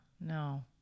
No